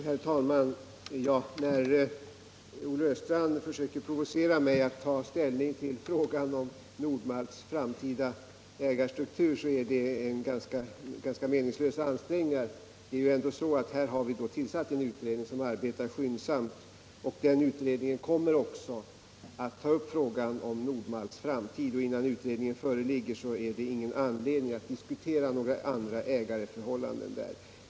Herr talman! När Olle Östrand försöker provocera mig att ta ställning till frågan om Nord-Malts framtida ägarstruktur, är det en ganska meningslös ansträngning. Vi har ändå tillsatt en utredning som arbetar skyndsamt, och den utredningen kommer också att ta upp frågan om Nord-Malts framtid. Innan den utredningen föreligger finns det ingen anledning att ta upp frågan om ändrade ägarförhållanden.